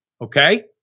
Okay